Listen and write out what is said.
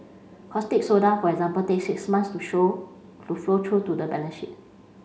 caustic soda for example takes six months to show to flow through to the balance sheet